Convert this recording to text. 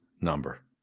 number